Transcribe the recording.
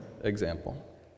example